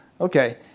okay